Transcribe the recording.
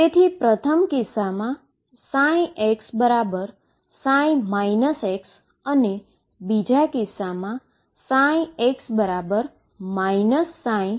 તેથી પ્રથમ કિસ્સામા ψ ψ અને બીજા કિસ્સામાં ψ ψ